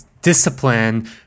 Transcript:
Discipline